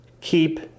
keep